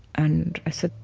and i said,